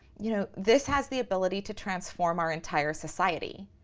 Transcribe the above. you know this has the ability to transform our entire society.